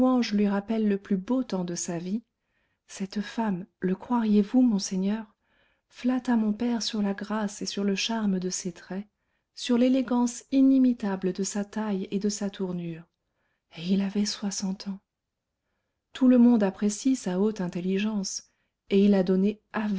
louanges lui rappellent le plus beau temps de sa vie cette femme le croiriez-vous monseigneur flatta mon père sur la grâce et sur le charme de ses traits sur l'élégance inimitable de sa taille et de sa tournure et il avait soixante ans tout le monde apprécie sa haute intelligence et il a donné